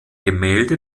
gemälde